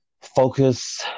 focus